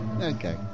Okay